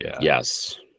Yes